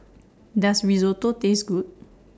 Does Risotto Taste Good